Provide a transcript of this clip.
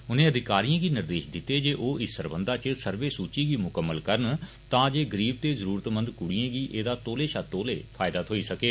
उनें अधिकारिएं गी निर्देश दिते जे ओह इस सरबंघा इच सर्वे सूचि गी मुकम्मल करन तां जे गरीब ते जरूरतमंद कुड़ियें गी एहदा तौले शा तौले फायदा थ्होई सकै